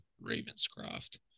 Ravenscroft